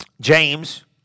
James